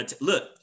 Look